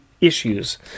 issues